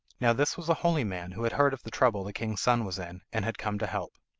now this was a holy man, who had heard of the trouble the king's son was in, and had come to help.